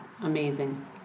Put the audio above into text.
amazing